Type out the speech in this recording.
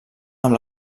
amb